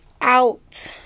out